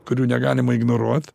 kurių negalima ignoruot